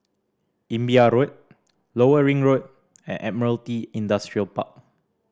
Imbiah Road Lower Ring Road and Admiralty Industrial Park